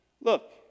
Look